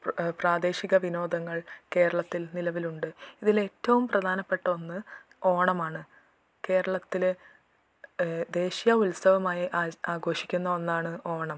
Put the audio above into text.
പ്രാദേശിക വിനോദങ്ങൾ കേരളത്തിൽ നിലവിലുണ്ട് ഇതിലേറ്റവും പ്രധാനപ്പെട്ട ഒന്ന് ഓണമാണ് കേരളത്തിൽ ദേശീയ ഉത്സവമായി ആഘോഷിക്കുന്ന ഒന്നാണ് ഓണം